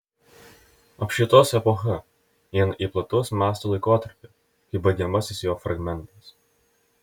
apšvietos epocha įeina į plataus masto laikotarpį kaip baigiamasis jo fragmentas